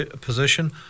position